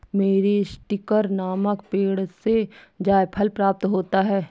मीरीस्टिकर नामक पेड़ से जायफल प्राप्त होता है